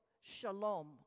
shalom